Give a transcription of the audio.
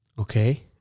Okay